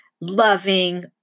Loving